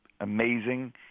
amazing